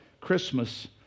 Christmas